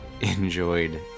enjoyed